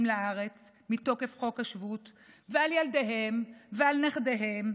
לארץ מתוקף חוק השבות ועל ילדיהם ועל נכדיהם,